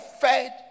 fed